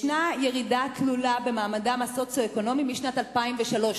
יש ירידה תלולה במעמדן הסוציו-אקונומי משנת 2003,